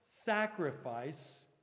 Sacrifice